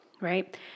right